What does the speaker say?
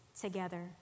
together